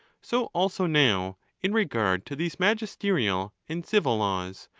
so also now in regard to these magis terial and civil laws,